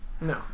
No